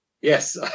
yes